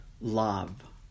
love